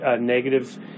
negative